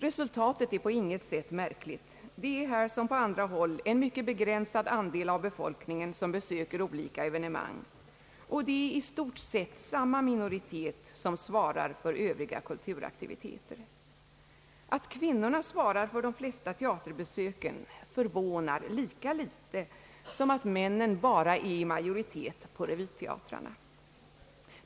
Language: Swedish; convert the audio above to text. Resultatet är ju på inget sätt märkligt, det är här mer än på andra håll en mycket begränsad del av befolkningen som besöker olika evenemang, och det är i stort sett samma minoritet som svarar för övriga kulturaktiviteter. Att kvinnorna svarar för de flesta teaterbesöken förvånar lika litet som att männen är i majoritet bara på revyteatrarna.